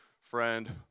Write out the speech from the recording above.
friend